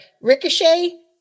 Ricochet